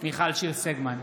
מיכל שיר סגמן,